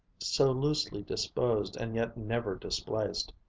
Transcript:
so loosely disposed and yet never displaced.